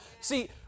See